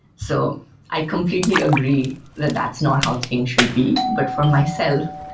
so i completely agree that that's not how things should be. but for myself,